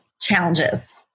challenges